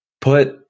put